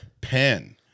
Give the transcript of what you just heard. Pen